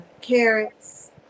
carrots